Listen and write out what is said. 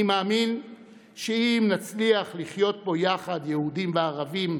אני מאמין שאם נצליח לחיות פה יחד, יהודים וערבים,